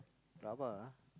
Rabak ah